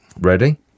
Ready